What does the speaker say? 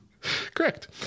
Correct